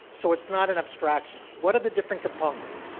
so it's not an abstraction. what are the different components.